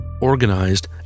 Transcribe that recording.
organized